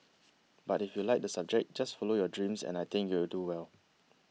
but if you like the subject just follow your dreams and I think you'll do well